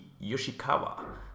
Yoshikawa